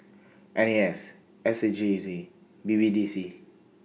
I S S A J C and B B D C